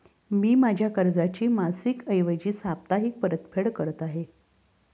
मी माझ्या कर्जाची मासिक ऐवजी साप्ताहिक परतफेड करत आहे